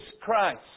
Christ